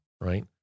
right